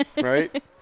right